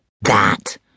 that